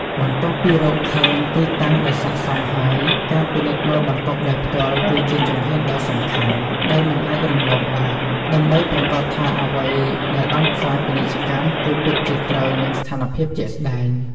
បន្ទាប់ពីរកឃើញទីតាំងដែលស័ក្តិសមហើយ ការពិនិត្យមើលបន្ទប់ដោយផ្ទាល់ គឺជាជំហានដ៏សំខាន់ដែលមិនអាចរំលងបាន ដើម្បីប្រាកដថាអ្វីដែលបានផ្សាយពាណិជ្ជកម្មគឺពិតជាត្រូវនឹងស្ថានភាពជាក់ស្តែង។